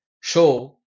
show